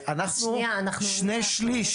אנחנו שני שליש